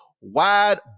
wide